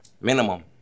Minimum